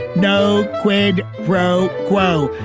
no quid pro quo.